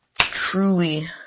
truly